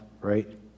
right